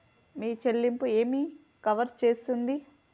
మీ చెల్లింపు ఏమి కవర్ చేస్తుంది?